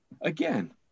again